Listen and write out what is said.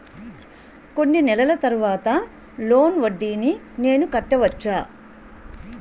కొన్ని నెలల తర్వాత లోన్ వడ్డీని నేను కట్టవచ్చా?